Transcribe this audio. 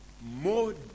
more